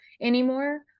anymore